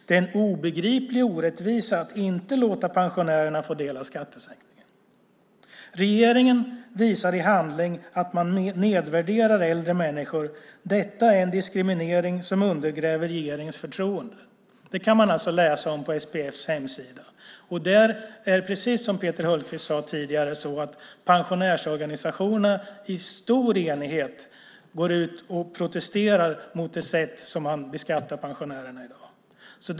Det är en obegriplig orättvisa att inte låta pensionärerna få del av skattesänkningen. - Regeringen visar i handling att man nedvärderar äldre människor. Detta är en diskriminering, som undergräver förtroendet för regeringen." Detta kan man alltså läsa på SPF:s hemsida. Det är, precis som Peter Hultqvist sade tidigare, så att pensionärsorganisationerna i stor enighet går ut och protesterar mot det sätt som man beskattar pensionärerna på i dag.